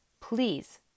Please